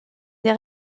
des